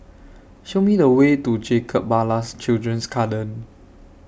Show Me The Way to Jacob Ballas Children's Garden